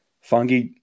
fungi